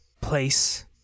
place